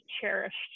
cherished